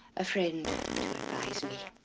a friend to advise me.